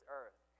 earth